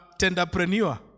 tenderpreneur